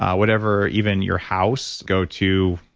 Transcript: whatever, even your house, go to.